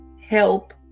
help